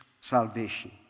salvation